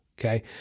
okay